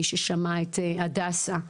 מי ששמע את הדסה,